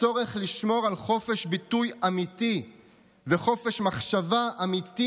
הצורך לשמור על חופש ביטוי אמיתי וחופש מחשבה אמיתי